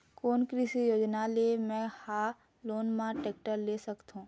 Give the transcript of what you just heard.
कोन कृषि योजना ले मैं हा लोन मा टेक्टर ले सकथों?